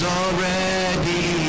already